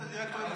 נבחרת דירקטורים,